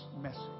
message